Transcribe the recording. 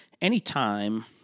anytime